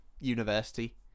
University